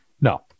No